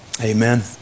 Amen